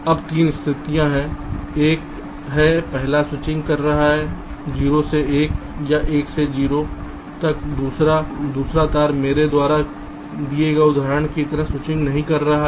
अब 3 स्थितियां हैं एक है पहला तार स्विचिंग कर रहा है 0 से 1 या 1 से 0 तक दूसरा तार मेरे द्वारा लिए गए उदाहरण की तरह स्विचिंग नहीं कर रहा है